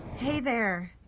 hey there,